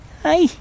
Hi